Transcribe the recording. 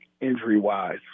injury-wise